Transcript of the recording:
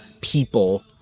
people